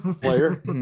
player